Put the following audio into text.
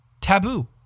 taboo